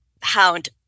hound